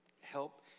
help